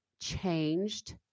changed